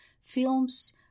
films